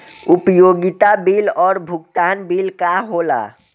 उपयोगिता बिल और भुगतान बिल का होला?